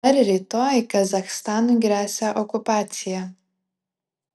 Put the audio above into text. ar rytoj kazachstanui gresia okupacija